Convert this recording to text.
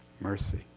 Mercy